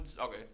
Okay